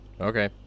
Okay